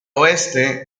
oeste